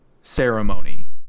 ceremony